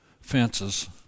Fences